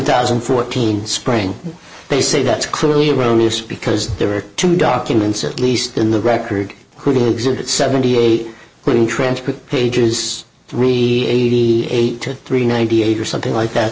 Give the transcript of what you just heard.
thousand and fourteen spring they say that's clearly erroneous because there are two documents at least in the record who will exhibit seventy eight when transferred pages three eighty eight three ninety eight or something like that